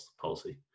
policy